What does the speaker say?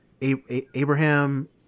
Abraham